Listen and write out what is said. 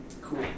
cool